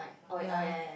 yea